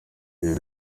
ibi